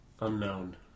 Unknown